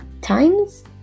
times